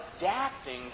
adapting